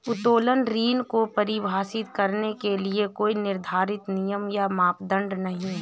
उत्तोलन ऋण को परिभाषित करने के लिए कोई निर्धारित नियम या मानदंड नहीं है